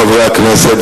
חברי הכנסת.